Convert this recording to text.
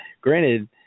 granted